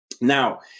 Now